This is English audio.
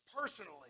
personally